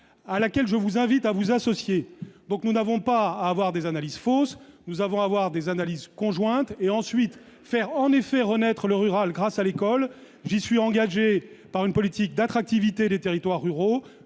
à laquelle je vous invite à vous associer, donc nous n'avons pas avoir des analyses fausses nous avons avoir des analyses conjointes et ensuite faire en effet renaître le rural grâce à l'école, je suis engagé par une politique d'attractivité des territoires ruraux,